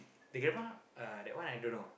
the grandma uh the one I don't know